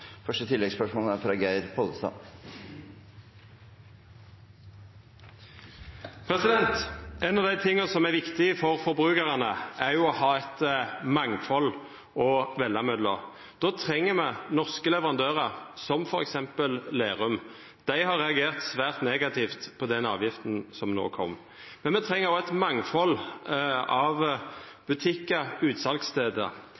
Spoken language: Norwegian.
forbrukarane, er å ha eit mangfald å velja i. Då treng me norske leverandørar som f.eks. Lerum. Dei har reagert svært negativt på den avgifta som no har kome. Men me treng òg eit mangfald av